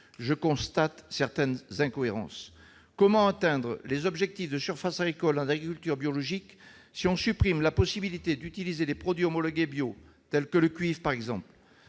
Je constate certaines incohérences. Comment atteindre les objectifs de surfaces agricoles en agriculture biologique si l'on supprime la possibilité d'utiliser les produits homologués bio tels que le cuivre, par exemple ?